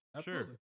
Sure